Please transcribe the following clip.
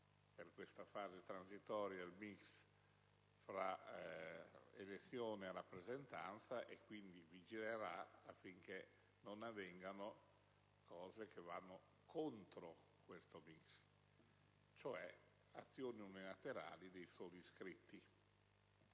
per questa fase transitoria il *mix* tra elezione e rappresentanza, e quindi vigilerà affinché non avvengano fatti che vanno contro questo *mix*, cioè azioni unilaterali dei soli iscritti,